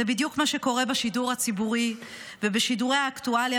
זה בדיוק מה שקורה בשידור הציבורי ובשידורי האקטואליה